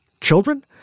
children